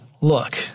Look